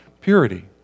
purity